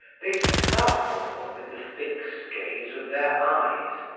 they startled one with the fixed gaze of their eyes,